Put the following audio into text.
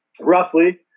Roughly